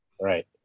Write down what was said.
Right